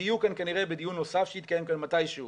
שיהיו כאן כנראה בדיון נוסף שיתקיים כאן מתי שהוא,